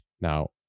Now